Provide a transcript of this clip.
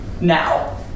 now